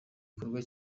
gikorwa